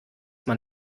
man